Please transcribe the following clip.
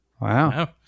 Wow